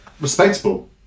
respectable